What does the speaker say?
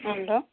hello